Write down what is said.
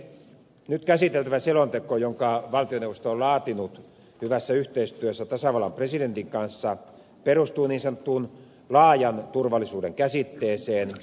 nyt käsiteltävä selonteko jonka valtioneuvosto on laatinut hyvässä yhteistyössä tasavallan presidentin kanssa perustuu niin sanottuun laajan turvallisuuden käsitteeseen